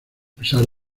pesar